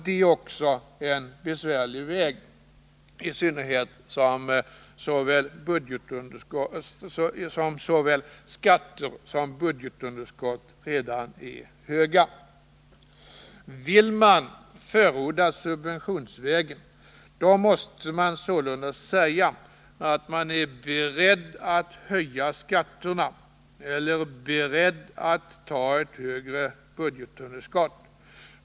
Det är besvärliga vägar, i synnerhet som såväl skatter som budgetunderskott redan är höga. Vill man förorda subventionsvägen, måste man sålunda säga att man är beredd att höja skatterna eller att ta ett högre budgetunderskott.